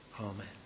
Amen